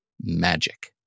magic